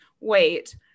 wait